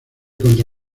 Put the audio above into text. contra